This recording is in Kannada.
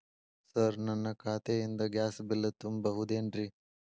ಸರ್ ನನ್ನ ಖಾತೆಯಿಂದ ಗ್ಯಾಸ್ ಬಿಲ್ ತುಂಬಹುದೇನ್ರಿ?